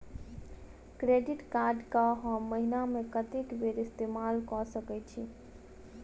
Credit card कऽ हम महीना मे कत्तेक बेर इस्तेमाल कऽ सकय छी?